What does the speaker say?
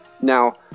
Now